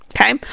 Okay